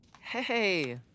Hey